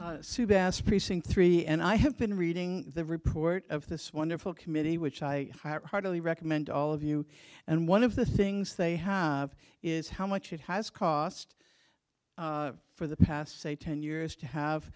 mean seabass precinct three and i have been reading the report of this wonderful committee which i heartily recommend to all of you and one of the things they have is how much it has cost for the past say ten years to have